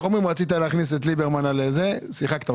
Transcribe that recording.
רצית להכניס את ליברמן, שיחקת אותה.